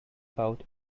about